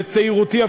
בצעירותי,